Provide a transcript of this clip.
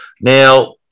Now